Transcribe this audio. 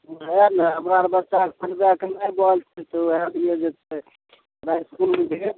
वएह ने हमरा आर बच्चा इसकुल जाकऽ नहि बजतय तऽ वएहे लिये जे छै इसकुलमे